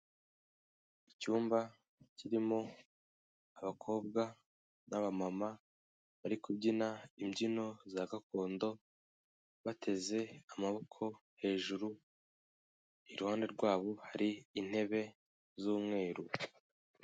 Icyumba kirimo abakobwa n'abamama bari kubyina imbyino za gakondo bateze amaboko hejuru, iruhande rwabo hari intebe z'umweru.